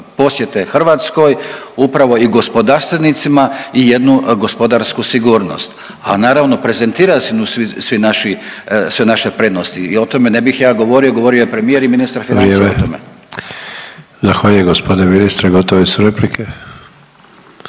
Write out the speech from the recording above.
posjete Hrvatskoj, upravo i gospodarstvenicima i jednu gospodarsku sigurnost, a naravno prezentirat ćemo svi, svi naši, sve naše prednosti i o tome ne bih ja govorio, govorio je premijer i ministar financija o tome. **Sanader, Ante (HDZ)** Vrijeme.